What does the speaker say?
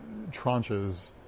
tranches